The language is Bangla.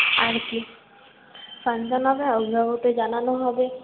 আর কী ফাংশন হবে অভিভাবকদের জানানো হবে